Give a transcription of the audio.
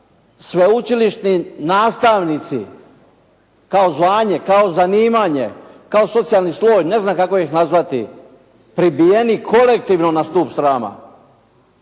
sveučilišni nastavnici kao zvanje, kao zanimanje, kao socijalni sloj, ne znam kako ih nazvati pribijeni kolektivno na stup srama.